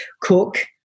cook